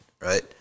right